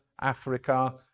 Africa